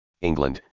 England